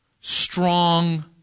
strong